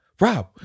rob